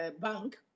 bank